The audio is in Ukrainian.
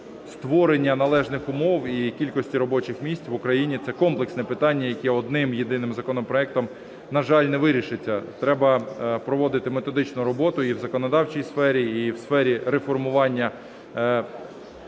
створення належних умов і кількості робочих місць в Україні – це комплексне питання, яке одним єдиним законопроектом, на жаль, не вирішиться. Треба проводити методичну роботу і в законодавчій сфері, і в сфері реформування,